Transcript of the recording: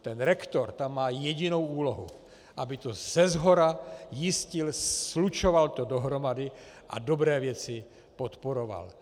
Ten rektor tam má jedinou úlohu, aby to seshora jistil, slučoval to dohromady a dobré věci podporoval.